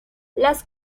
las